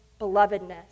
belovedness